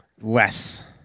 Less